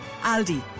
Aldi